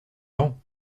ans